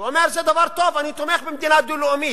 הוא אומר: זה דבר טוב, אני תומך במדינה דו-לאומית.